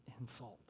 insult